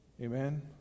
Amen